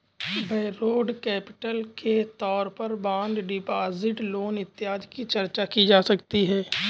borrowed capital के तौर पर बॉन्ड डिपॉजिट लोन इत्यादि की चर्चा की जा सकती है